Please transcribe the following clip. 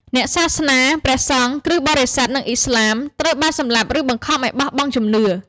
អ្នកសាសនា ព្រះសង្ឃ គ្រិស្តបរិស័ទ និងឥស្លាម ត្រូវបានសម្លាប់ ឬបង្ខំឱ្យបោះបង់ជំនឿ។